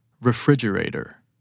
Refrigerator